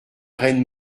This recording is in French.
reine